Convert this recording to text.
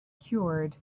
cured